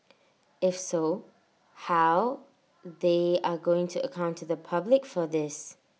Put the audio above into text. if so how they are going to account to the public for this